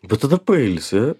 bet tada pailsi